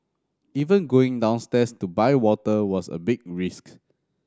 even going downstairs to buy water was a big risk